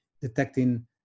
detecting